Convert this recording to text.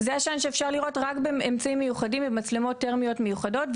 זה עשן שאפשר לראות רק באמצעים מיוחדים ובמצלמות טרמיות מיוחדות,